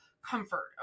Comfort